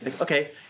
Okay